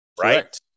right